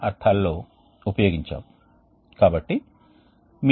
ఆవిరి విద్యుత్ ప్లాంట్లో ఉపయోగించే ఎకనమైజర్ వంటి అనేక ఉదాహరణలు ఉన్నాయి